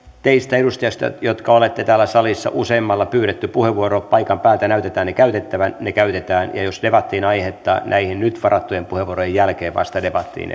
teistä edustajista jotka olette täällä salissa useimmilla pyydetty puheenvuoro paikan päältä näytetään ne käytettävän ne käytetään ja jos debattiin aihetta näiden nyt varattujen puheenvuorojen jälkeen vasta debattiin